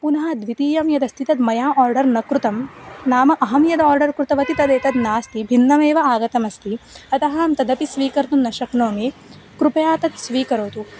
पुनः द्वितीयं यदस्ति तद् मया आर्डर् न कृतं नाम अहं यद् आर्डर् कृतवती तदेतद् नास्ति भिन्नमेव आगतमस्ति अतः अहं तदपि स्वीकर्तुं न शक्नोमि कृपया तद् स्वीकरोतु